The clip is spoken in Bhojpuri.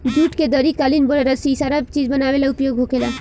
जुट के दरी, कालीन, बोरा, रसी इ सारा चीज बनावे ला उपयोग होखेला